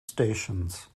stations